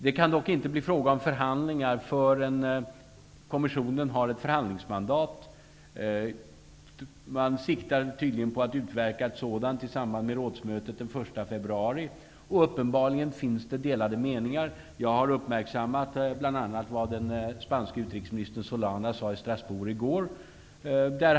Det kan dock inte bli fråga om förhandlingar förrän Kommissionen har ett förhandlingsmandat. Man siktar tydligen på att utverka ett sådant i samband med rådsmötet den 1 februari. Uppenbarligen finns det delade meningar. Jag har uppmärksammat bl.a. vad den spanske utrikesministern Solana sade i Strasbourg i går.